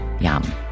Yum